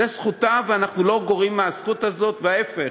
זו זכותה, ואנחנו לא גורעים מהזכות הזאת, ההפך.